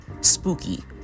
Spooky